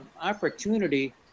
opportunity